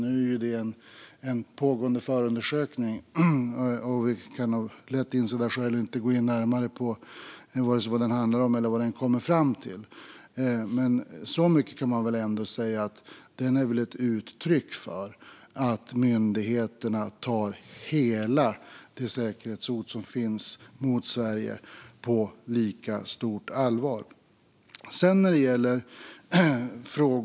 Det handlar nu om en förundersökning, och vi kan av lätt insedda skäl inte gå in närmare på vare sig vad den handlar om eller vad den kommer fram till. Men så mycket kan man ändå säga att den är ett uttryck för att myndigheterna tar alla de säkerhetshot som finns mot Sverige på lika stort allvar.